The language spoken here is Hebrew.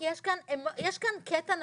יש כאן קטע נפשי.